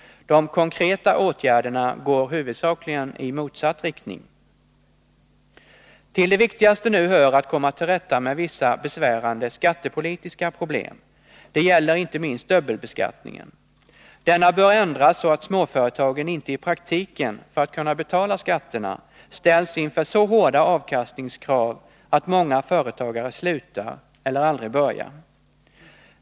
De konkreta åtgärderna går huvudsakligen i motsatt riktning. Till det viktigaste nu hör att komma till rätta med vissa besvärande skattepolitiska problem. Det gäller inte minst dubbelbeskattningen. Denna bör ändras så att småföretagen inte i praktiken — för att kunna betala skatterna — ställs inför så hårda avkastningskrav att många företagare slutar eller aldrig börjar.